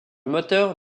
moteur